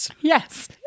Yes